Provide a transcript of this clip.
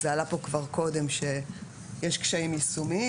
זה עלה פה כבר קודם שיש קשיים יישומיים